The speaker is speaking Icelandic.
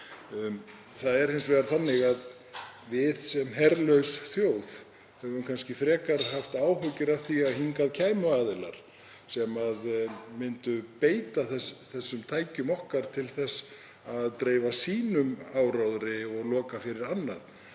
Það er hins vegar þannig að við sem herlaus þjóð höfum kannski frekar haft áhyggjur af því að hingað kæmu aðilar sem myndu beita þessum tækjum okkar til þess að dreifa áróðri sínum og loka fyrir annað